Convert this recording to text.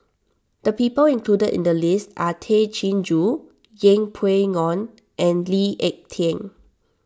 the people included in the list are Tay Chin Joo Yeng Pway Ngon and Lee Ek Tieng